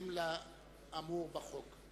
בהתאם לאמור בחוק.